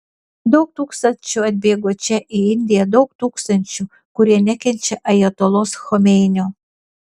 daug tūkstančių atbėgo čia į indiją daug tūkstančių kurie nekenčia ajatolos chomeinio